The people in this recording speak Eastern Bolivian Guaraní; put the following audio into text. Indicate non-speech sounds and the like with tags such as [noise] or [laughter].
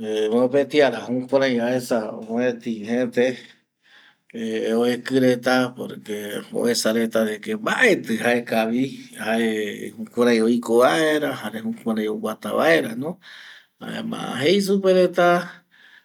Mopeti ara jukurai aesa mopeti jete [hesitation] oeki reta porque oesa reta deque mbaeti jaekavi jae jukurai oiko vaera jare jukurai oguata vaerano jaema jei supe reta